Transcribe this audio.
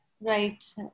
Right